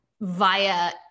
via